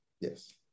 Yes